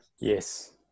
Yes